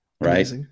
right